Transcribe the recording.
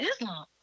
Islam